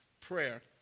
Prayer